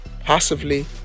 passively